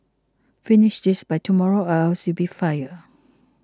finish this by tomorrow or else you'll be fired